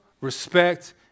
respect